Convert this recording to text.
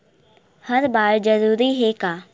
हर बार जरूरी हे का?